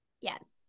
Yes